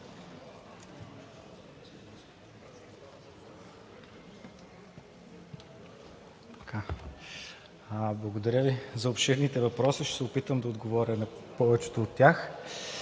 Благодаря Ви за обширните въпроси, ще се опитам да отговаря на повечето от тях.